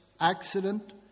accident